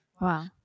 Wow